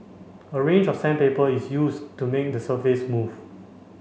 a range of sandpaper is used to make the surface smooth